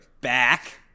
back